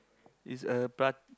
it's a prat~